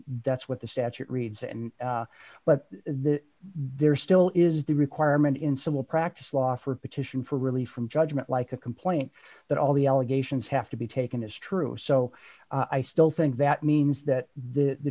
that's what the statute reads and but there still is the requirement in civil practice law for a petition for relief from judgment like a complaint that all the allegations have to be taken is true so i still think that means that the